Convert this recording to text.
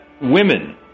women